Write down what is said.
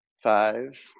Five